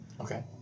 Okay